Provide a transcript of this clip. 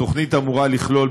התוכנית אמורה לכלול,